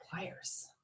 Pliers